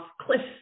cliffs